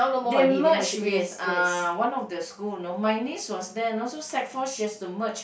they merge with uh one of the school you know my niece was there you know so sec four she has to merge